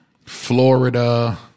Florida